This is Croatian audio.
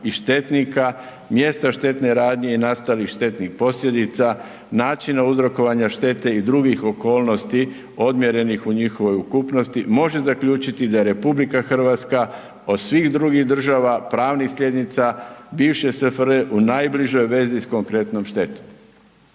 i štetnika, mjesta štetne radnje i nastalih štetnih posljedica, načina uzrokovanja štete i drugih okolnosti odmjerenih u njihovoj ukupnosti može zaključiti da RH od svih drugih država, pravnih sljednica, bivše SFRJ, u najbližoj vezi s konkretnom štetom.